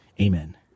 Amen